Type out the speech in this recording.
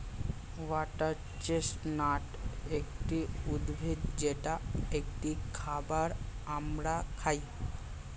water chestnut একটি উদ্ভিদ যেটা একটি খাবার আমরা খাই